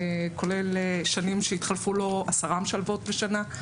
כולל שנים שהתחלפו לו 10 משלבות בשנה.